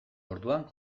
orduan